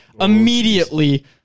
immediately